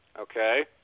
Okay